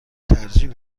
ترجیح